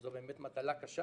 שזו באמת מטלה קשה